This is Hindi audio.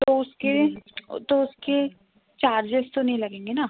तो उसके तो उसके चार्जेस तो नहीं लगेंगे ना